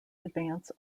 advance